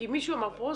כי מישהו אמר פה הוסטל.